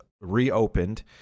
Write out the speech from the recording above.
reopened